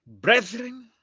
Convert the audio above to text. Brethren